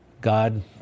God